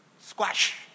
Squash